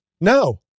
No